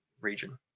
region